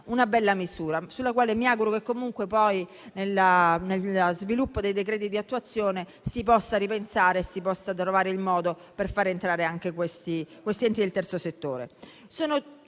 una bella misura, alla quale mi auguro che comunque, nello sviluppo dei decreti di attuazione, si possa ripensare, trovando il modo per farvi entrare anche questi enti del terzo settore.